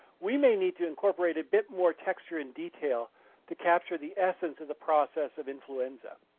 we may need to incorporate a bit more texture in detail to capture the essence of the process of influenza.